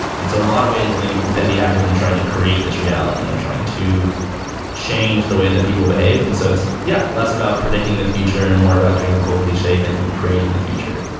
and so in a lot of ways, i think with indie hackers, i'm trying to create this reality. i'm trying to change the way that people behave. and so it's, yeah, less about predicting the future and then and more about doing that whole cliche thing of creating the future.